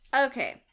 Okay